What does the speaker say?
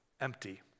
empty